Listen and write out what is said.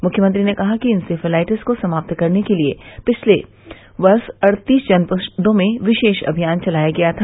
मुख्यमंत्री ने कहा कि इंसेफ्लाइटिस को समात करने के लिये पिछले वर्ष अड़तीस जनपदों में विशेष अभियान चलाया गया था